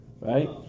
Right